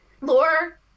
Lore